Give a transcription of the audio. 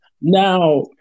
Now